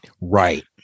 Right